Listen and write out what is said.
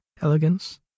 elegance